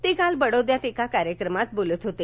ते काल बडोदा इथं एका कार्यक्रमात बोलत होते